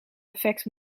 effect